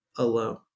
Alone